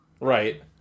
Right